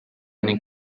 ning